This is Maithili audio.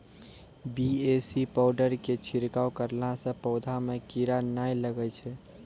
बी.ए.सी पाउडर के छिड़काव करला से पौधा मे कीड़ा नैय लागै छै?